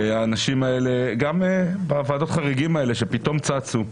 גם בוועדות החריגים שפתאום צצו.